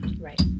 Right